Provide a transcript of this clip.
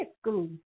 school